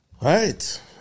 right